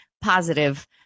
positive